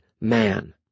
man